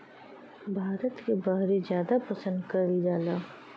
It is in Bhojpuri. भारत के बहरे जादा पसंद कएल जाला